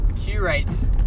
curates